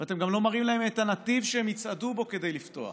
ואתם גם לא מראים להם את הנתיב שהם יצעדו בו כדי לפתוח.